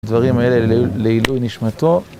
דברים האלה לעילוי נשמתו.